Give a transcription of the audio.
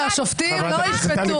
והשופטים לא ישפטו.